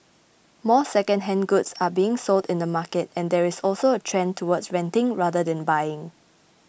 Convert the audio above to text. more secondhand goods are being sold in the market and there is also a trend towards renting rather than buying